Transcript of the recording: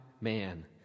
man